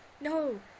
no